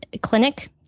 clinic